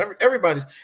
everybody's